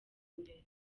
imbere